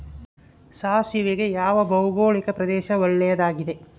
ಸಾಸಿವೆಗೆ ಯಾವ ಭೌಗೋಳಿಕ ಪ್ರದೇಶ ಒಳ್ಳೆಯದಾಗಿದೆ?